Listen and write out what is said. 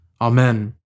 Amen